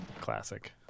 Classic